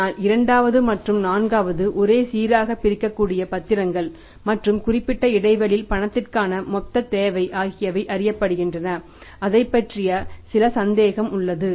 ஆனால் இரண்டாவது மற்றும் நான்காவது ஒரே சீராகப் பிரிக்கக்கூடிய பத்திரங்கள் மற்றும் குறிப்பிட்ட இடைவெளியில் பணத்திற்கான மொத்த தேவை ஆகியவை அறியப்படுகின்றன அதைப் பற்றி சில சந்தேகம் உள்ளது